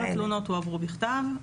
כל התלונות הועברו בכתב,